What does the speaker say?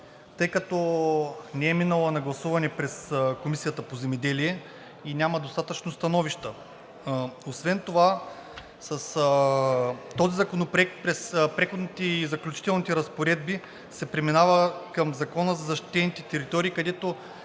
тъй като не е минала на гласуване в Комисията по земеделие и няма достатъчно становища. Освен това с този законопроект през Преходните и заключителните разпоредби се преминава към Закона за защитените територии, където